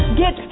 get